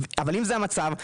אבל אם זה המצב,